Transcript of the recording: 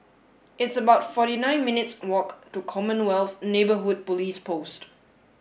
it's about forty nine minutes walk to Commonwealth Neighbourhood Police Post